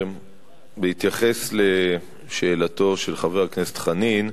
בהתייחס לשאלתו של חבר הכנסת חנין,